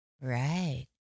Right